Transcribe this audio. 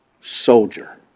soldier